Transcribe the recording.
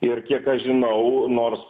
ir kiek aš žinau nors